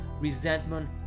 resentment